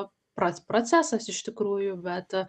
pro procesas iš tikrųjų bet